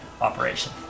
operation